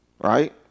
right